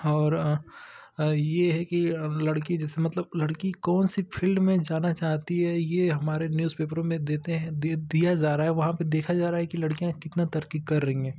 और ये है कि अब लड़की जैसे मतलब लड़की कौन सी फील्ड में जाना चाहती है ये हमारे न्यूज़ पेपरों देते हैं दे दिया ज़ा रहा है वहाँ पर देखा जा रहा कि लड़कियाँ कितना तरक्की कर रही हैं